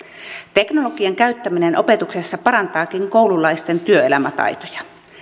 teknologian käyttäminen opetuksessa parantaakin koululaisten työelämätaitoja